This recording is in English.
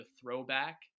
throwback